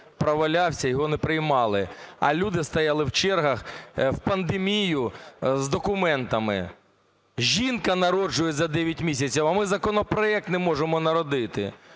провалявся, його не приймали, а люди стояли в чергах в пандемію з документами. Жінка народжує за дев'ять місяців, а ми законопроект не можемо "народити".